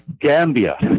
Gambia